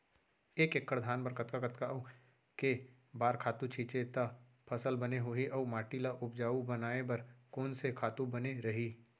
एक एक्कड़ धान बर कतका कतका अऊ के बार खातू छिंचे त फसल बने होही अऊ माटी ल उपजाऊ बनाए बर कोन से खातू बने रही?